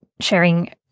sharing